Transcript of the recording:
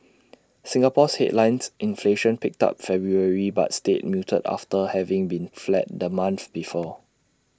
Singapore's headlines inflation picked up February but stayed muted after having been flat the month before